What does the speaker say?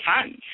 funds